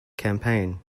campaign